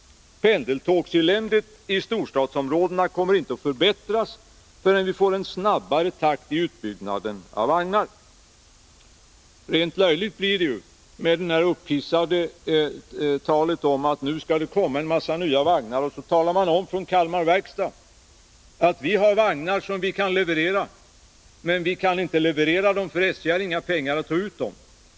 Pendeltågseländet i storstadsområdena kommer inte att förbättras förrän vi får en snabbare takt i byggandet av vagnar. Rent löjlig blir situationen med det ”upphissade” talet om att det skall komma en mängd nya vagnar när man från Kalmar Verkstad säger: Här finns vagnar som det går att leverera — men vi kan inte leverera dem, för SJ har inga pengar att lösa ut dem med.